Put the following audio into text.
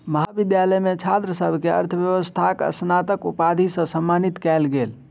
महाविद्यालय मे छात्र सभ के अर्थव्यवस्थाक स्नातक उपाधि सॅ सम्मानित कयल गेल